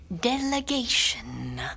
delegation